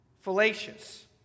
fallacious